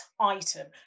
item